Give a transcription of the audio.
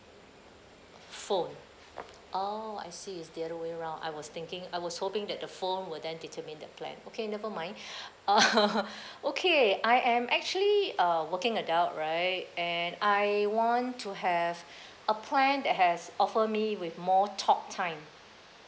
phone oh I see it's the other way around I was thinking I was hoping that the phone will then determine the plan okay nevermind uh okay I am actually a working adult right and I want to have a plan that has offer me with more talk time